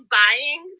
buying